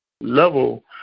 level